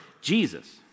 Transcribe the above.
Jesus